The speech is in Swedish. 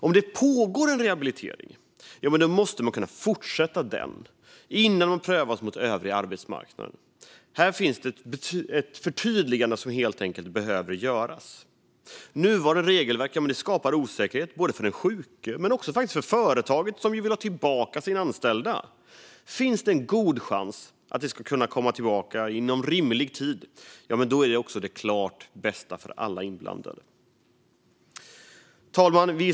Om det pågår en rehabilitering måste man kunna fortsätta med den innan man prövas mot övriga arbetsmarknaden. Här behöver helt enkelt ett förtydligande göras. Nuvarande regelverk skapar osäkerhet för den sjuke men faktiskt också för företaget som vill ha tillbaka sin anställda. Finns det en god chans att komma tillbaka inom rimlig tid är det också det klart bästa för alla inblandade. Herr talman!